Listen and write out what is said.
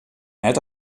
net